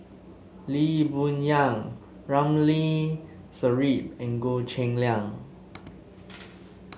Lee Boon Yang Ramli Sarip and Goh Cheng Liang